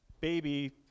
baby